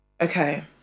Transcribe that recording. Okay